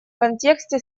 контексте